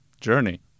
journey